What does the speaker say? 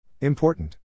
Important